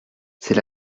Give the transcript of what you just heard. c’est